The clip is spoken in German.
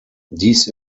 dies